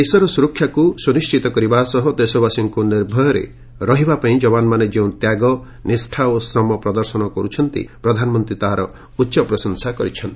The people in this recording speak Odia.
ଦେଶର ଦସୁରକ୍ଷାକୁ ନିଶ୍ଚିତ କରିବା ସହ ଦେଶବାସୀଙ୍କୁ ନିର୍ଭୟରେ ରହିବା ପାଇଁ ଯବାନମାନେ ଯେଉଁ ତ୍ୟାଗ ନିଷ୍ଠା ଓ ଶ୍ରମ ପ୍ରଦର୍ଶନ କରୁଛନ୍ତି ପ୍ରଧାନମନ୍ତ୍ରୀ ତାହାର ଉଚ୍ଚ ପ୍ରଶଂସା କରିଛନ୍ତି